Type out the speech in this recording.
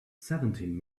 seventeen